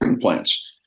plants